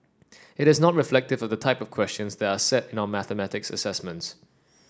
it is not reflective of the type questions that are set in our mathematic assessments